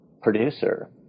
producer